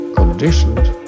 conditioned